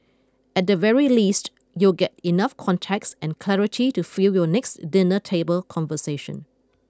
at the very least you'll get enough context and clarity to fuel your next dinner table conversation